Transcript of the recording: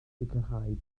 sicrhau